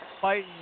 fighting